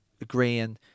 agreeing